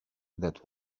that